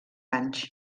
anys